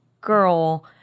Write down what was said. girl